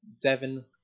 Devin